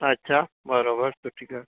अच्छा बराबरि सुठी ॻाल्हि